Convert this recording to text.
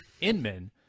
Inman